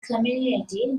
community